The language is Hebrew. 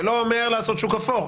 זה לא אומר לעשות שוק אפור,